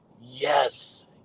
yes